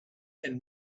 and